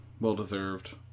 Well-deserved